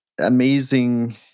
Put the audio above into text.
amazing